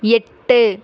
எட்டு